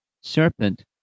Serpent